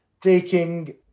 taking